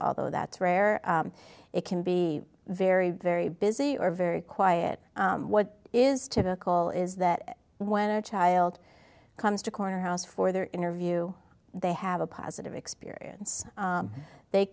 although that's rare it can be very very busy or very quiet what is typical is that when a child comes to corner house for their interview they have a positive experience they